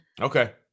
Okay